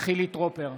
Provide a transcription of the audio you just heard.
חילי טרופר,